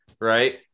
right